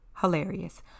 hilarious